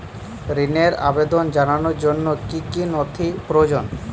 ঋনের আবেদন জানানোর জন্য কী কী নথি প্রয়োজন?